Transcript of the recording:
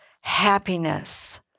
happiness